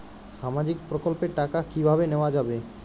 সামাজিক প্রকল্পের টাকা কিভাবে নেওয়া যাবে?